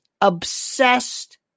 obsessed